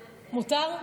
מותר?